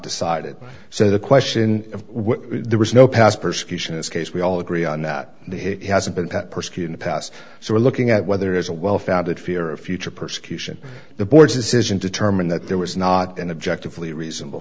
decided so the question of why there was no past persecution it's case we all agree on that it hasn't been persecuting the past so we're looking at whether is a well founded fear of future persecution the board's decision determined that there was not an objective fully reasonable